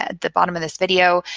ah the bottom of this video,